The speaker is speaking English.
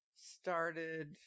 started